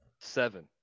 Seven